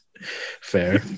Fair